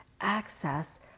access